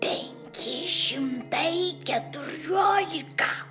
penki šimtai keturiolika